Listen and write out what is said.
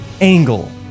angle